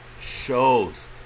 shows